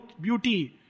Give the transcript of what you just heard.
beauty